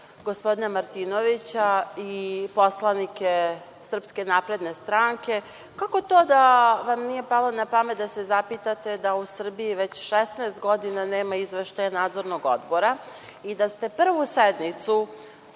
gospodina Martinovića i poslanike SNS, kako to da vam nije palo na pamet da se zapitate da u Srbiji već 16 godina nema izveštaja nadzornog odbora i da ste prvu sednicu